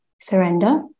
surrender